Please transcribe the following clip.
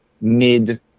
mid